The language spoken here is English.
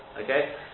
Okay